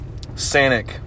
Sanic